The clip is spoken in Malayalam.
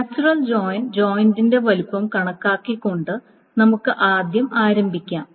നാച്ചുറൽ ജോയിൻ ജോയിന്റെ വലുപ്പം കണക്കാക്കിക്കൊണ്ട് നമുക്ക് ആദ്യം ആരംഭിക്കാം